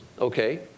okay